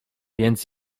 więc